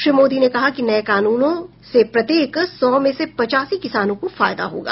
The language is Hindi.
श्री मोदी ने कहा कि नए कानूनों से प्रत्येक सौ में से पचासी किसानों को फायदा होगा